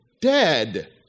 dead